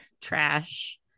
trash